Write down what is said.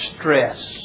stress